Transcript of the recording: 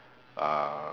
uh